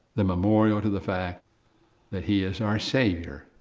the memorial to the fact that he is our savior.